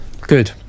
good